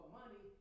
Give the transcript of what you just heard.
money